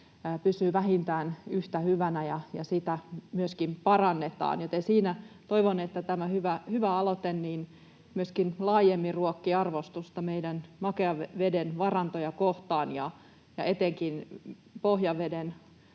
pysyy vähintään yhtä hyvänä ja sitä myöskin parannetaan, joten toivon, että tämä hyvä aloite myöskin laajemmin ruokkii arvostusta meidän makean veden varantoja kohtaan ja etenkin pohjaveden